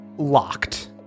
Locked